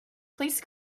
please